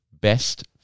Best